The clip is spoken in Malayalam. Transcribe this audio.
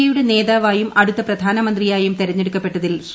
എയുടെ നേതാവായും അടുത്ത പ്രധാനമന്ത്രിയായും തെരഞ്ഞെടുക്കപ്പെട്ടതിൽ ശ്ര